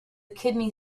kidney